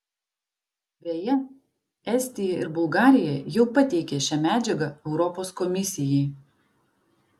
beje estija ir bulgarija jau pateikė šią medžiagą europos komisijai